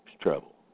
trouble